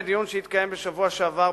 בדיון שהתקיים בשבוע שעבר,